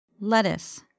Lettuce